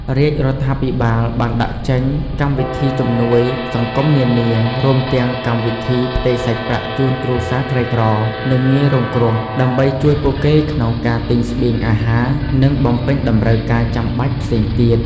រាជរដ្ឋាភិបាលបានដាក់ចេញកម្មវិធីជំនួយសង្គមនានា រួមទាំងកម្មវិធីផ្ទេរសាច់ប្រាក់ជូនគ្រួសារក្រីក្រ និងងាយរងគ្រោះ ដើម្បីជួយពួកគេក្នុងការទិញស្បៀងអាហារ និងបំពេញតម្រូវការចាំបាច់ផ្សេងទៀត។